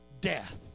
death